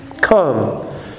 Come